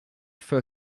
for